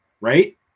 Right